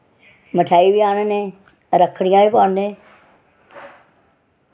मठेआई बी आह्नने रक्खड़ियां बी पोआन्ने